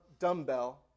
dumbbell